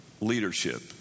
leadership